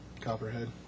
Copperhead